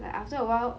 but after awhile